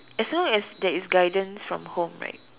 as long as there is guidance form home right